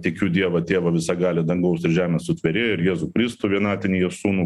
tikiu dievą tėvą visagalį dangaus ir žemės sutvėrėją ir jėzų kristų vienatinį jo sūnų